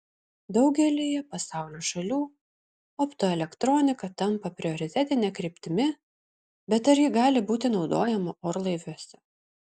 daugelyje pasaulio šalių optoelektronika tampa prioritetine kryptimi bet ar ji gali būti naudojama orlaiviuose